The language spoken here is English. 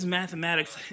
mathematics